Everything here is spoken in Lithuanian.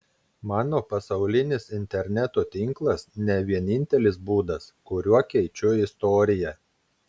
mano pasaulinis interneto tinklas ne vienintelis būdas kuriuo keičiu istoriją